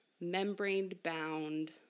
membrane-bound